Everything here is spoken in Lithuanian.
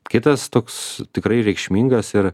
kitas toks tikrai reikšmingas ir